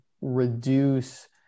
reduce